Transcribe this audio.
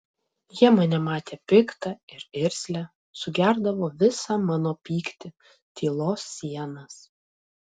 jie mane matė piktą ir irzlią sugerdavo visą mano pyktį tylos sienas